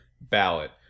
Ballot